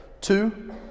Two